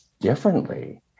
differently